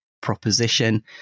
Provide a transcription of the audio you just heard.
proposition